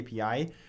API